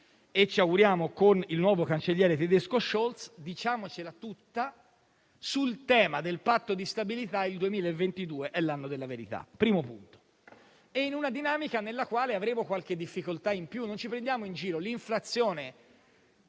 lo stesso con il nuovo cancelliere tedesco Scholz. Diciamocela tutta: sul tema del patto di stabilità, il 2022 è l'anno della verità, in una dinamica nella quale avremo qualche difficoltà in più. Non prendiamoci in giro: